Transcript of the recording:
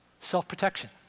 self-protection